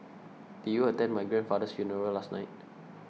did you attend my grandfather's funeral last night